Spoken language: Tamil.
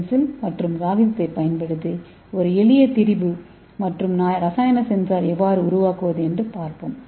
பென்சில் மற்றும் காகிதத்தைப் பயன்படுத்தி ஒரு எளிய திரிபு மற்றும் ரசாயன சென்சார் எவ்வாறு உருவாக்குவது என்று பார்ப்போம்